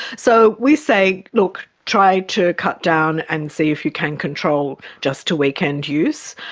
so we say, look, try to cut down and see if you can control just to weekend use.